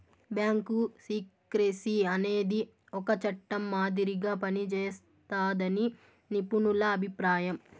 bank secrecy అనేది ఒక చట్టం మాదిరిగా పనిజేస్తాదని నిపుణుల అభిప్రాయం